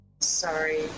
Sorry